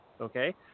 okay